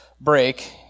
break